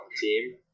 team